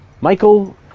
Michael